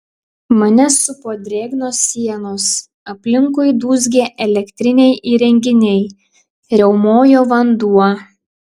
mane supo drėgnos sienos aplinkui dūzgė elektriniai įrenginiai riaumojo vanduo